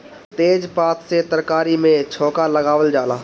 तेजपात से तरकारी में छौंका लगावल जाला